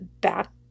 back